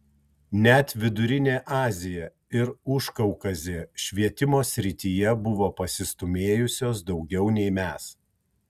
net vidurinė azija ir užkaukazė švietimo srityje buvo pasistūmėjusios daugiau nei mes